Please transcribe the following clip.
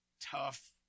tough